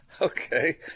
Okay